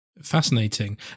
Fascinating